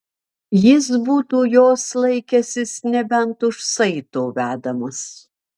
jis būtų jos laikęsis nebent už saito vedamas